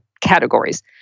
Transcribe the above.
categories